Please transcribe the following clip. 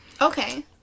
Okay